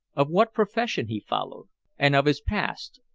of what profession he followed and of his past.